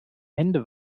hände